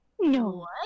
No